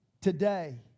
today